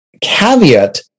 caveat